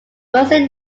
mostly